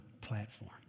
platform